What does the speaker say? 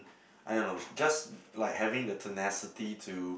I don't know just like having the tenacity to